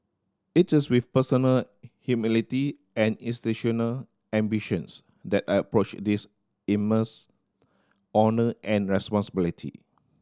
it is with personal humility and institutional ambitions that I approach this immense honour and responsibility